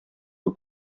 aux